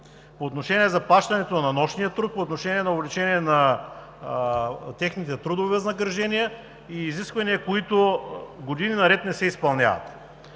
по отношение на заплащането на нощния труд, по отношение на увеличение на техните трудови възнаграждения и изисквания, които години наред не се изпълняват.